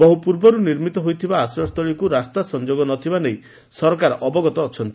ବହୁ ପୂର୍ବରୁ ନିର୍ମିତ ହୋଇଥିବା ଆଶ୍ରୟ ସ୍ଥଳୀକୁ ରାସ୍ତା ସଂଯୋଗ ନ ଥିବା ନେଇ ସରକାର ଅବଗତ ଅଛନ୍ତି